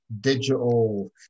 digital